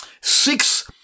six